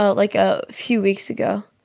ah like, a few weeks ago.